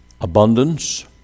Abundance